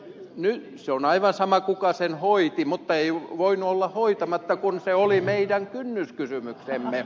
se on aivan sama kuka sen hoiti mutta ei voinut olla hoitamatta kun se oli meidän kynnyskysymyksemme